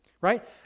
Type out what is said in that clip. right